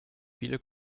viele